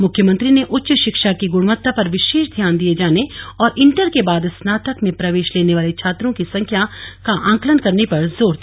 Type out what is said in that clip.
मुख्यमंत्री ने उच्च शिक्षा की गुणवत्ता पर विशेष ध्यान दिये जाने और इण्टर के बाद स्नातक में प्रवेश लेने वाले छात्रों की संख्या आंकलन करने पर जोर दिया